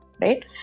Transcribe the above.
Right